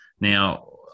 Now